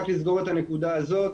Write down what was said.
רק לסגור את הנקודה הזאת,